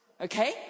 Okay